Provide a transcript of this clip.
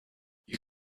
you